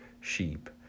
sheep